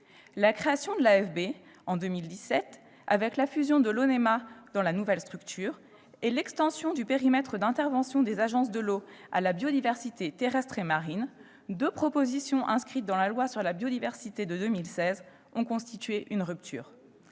la biodiversité, l'AFB, en 2017, avec la fusion de l'ONEMA dans la nouvelle structure, et l'extension du périmètre d'intervention des agences de l'eau à la biodiversité terrestre et marine, deux propositions inscrites dans la loi sur la biodiversité de 2016, ont constitué une rupture.